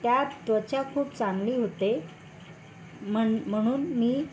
त्यात त्वचा खूप चांगली होते म्हण म्हणून मी